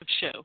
show